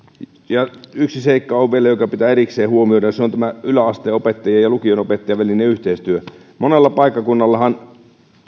opetuksen yksi seikka on vielä joka pitää erikseen huomioida ja se on tämä yläasteen opettajien ja lukion opettajien välinen yhteistyö monella paikkakunnallahan